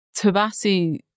Tabassi